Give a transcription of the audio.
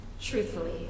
Truthfully